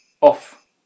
Off